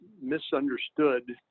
misunderstood